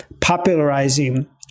popularizing